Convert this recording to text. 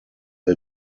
own